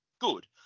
good